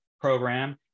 program